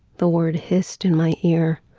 the word hissed in my ear.